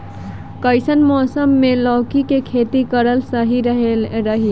कइसन मौसम मे लौकी के खेती करल सही रही?